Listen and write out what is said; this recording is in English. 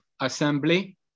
assembly